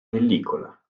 pellicola